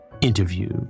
interview